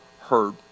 heard